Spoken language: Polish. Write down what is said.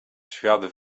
świat